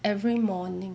every morning